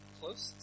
close